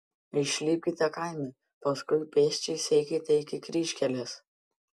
išlipkite kaime paskui pėsčias eikite iki kryžkelės